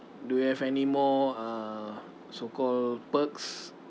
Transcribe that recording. do you have anymore uh so called perks